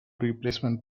replacement